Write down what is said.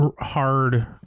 hard